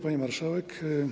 Pani Marszałek!